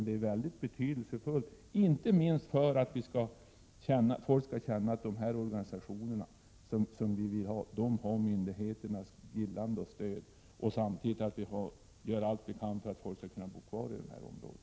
De är emellertid mycket betydelsefulla, inte minst för att folk skall kunna känna att dessa organisationer, som vi vill ha, har myndigheternas gillande och stöd. Vi måste också göra allt vi kan för att folk skall kunna bo kvar i de här områdena.